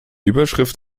überschrift